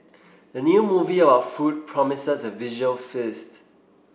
the new movie about food promises a visual feast